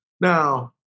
Now